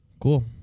Cool